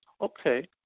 okay